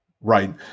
right